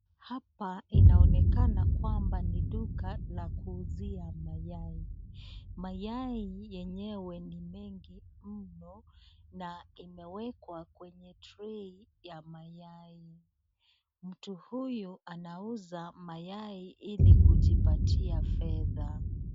Hapa inaonekana kwamba ni duka la kuuzia mayai, mayai yenyewe ni mengi mno. na imewekwa kwenye trei ya mayai. Mtu huyu anauza mayai hili kujipatia fedha.